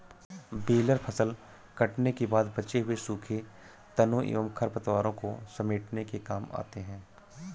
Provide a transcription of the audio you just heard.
baler फसल कटने के बाद बचे हुए सूखे तनों एवं खरपतवारों को समेटने के काम आते हैं